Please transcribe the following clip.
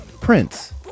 Prince